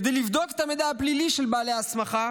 כדי לבדוק את המידע הפלילי של בעלי ההסמכה